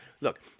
Look